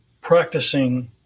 practicing